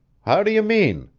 how do you mean?